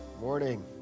Morning